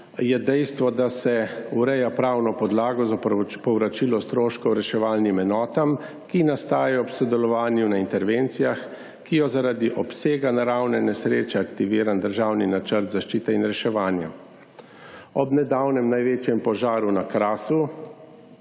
je dejstvo, da se ureja pravno podlago za povračilo stroškov reševalnim enotam, ki nastajajo ob sodelovanju na intervencijah, ki jo zaradi obsega naravne nesreče aktiviran državni načrt zaščite in reševanja. Ob nedavnem največjem požaru na Krasu,